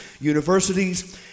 universities